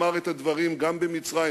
אמר את הדברים גם במצרים,